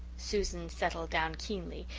susan settled down keenly,